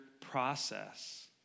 process